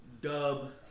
Dub